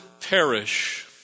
perish